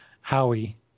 Howie